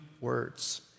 words